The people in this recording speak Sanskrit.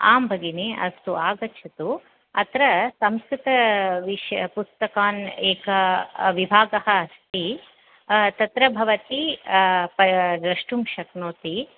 आं भगिनि अस्तु आगच्छतु अत्र संस्कृतविष पुस्तकान् एक विभागः अस्ति तत्र भवती द्रष्टुं शक्नोति